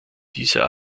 dieser